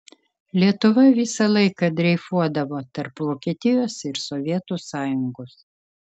lietuva visą laiką dreifuodavo tarp vokietijos ir sovietų sąjungos